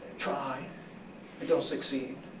try. i don't succeed.